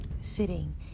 Sitting